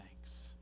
thanks